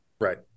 Right